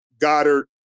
Goddard